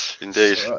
indeed